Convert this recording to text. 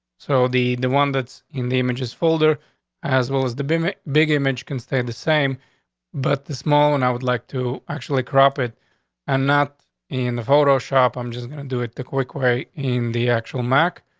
so the the one that's in the images folder as well as the big, big image can stay the same but the small. when i would like to actually crop it and not in the photo shop, i'm just gonna do it the quick way in the actual mac.